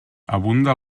abunda